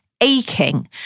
aching